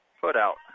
put-out